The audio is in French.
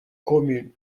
commune